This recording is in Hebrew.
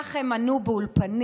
כך הם ענו באולפנים,